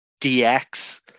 dx